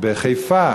בחיפה.